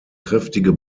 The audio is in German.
kräftige